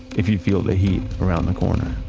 if you feel the heat around the corner